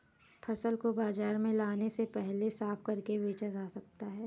फसल को बाजार में लाने से पहले साफ करके बेचा जा सकता है?